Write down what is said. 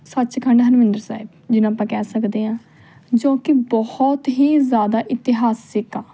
ਸੱਚਖੰਡ ਹਰਮਿੰਦਰ ਸਾਹਿਬ ਜਿਹਨੂੰ ਆਪਾਂ ਕਹਿ ਸਕਦੇ ਹਾਂ ਜੋ ਕਿ ਬਹੁਤ ਹੀ ਜ਼ਿਆਦਾ ਇਤਿਹਾਸਿਕ ਆ